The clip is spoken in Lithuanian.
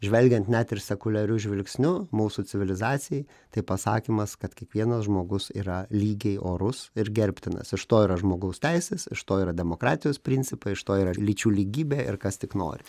žvelgiant net ir sekuliariu žvilgsniu mūsų civilizacijai tai pasakymas kad kiekvienas žmogus yra lygiai orus ir gerbtinas iš to yra žmogaus teisės iš to yra demokratijos principai iš to yra lyčių lygybė ir kas tik nori